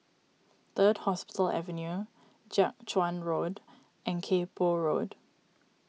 Third Hospital Avenue Jiak Chuan Road and Kay Poh Road